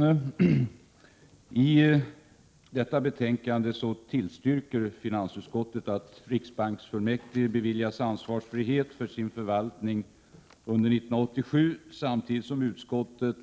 Herr talman! I detta betänkande tillstyrker finansutskottet att riksbanksfullmäktige skall beviljas ansvarsfrihet för sin förvaltning under år 1987, samtidigt som utskottet